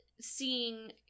seeing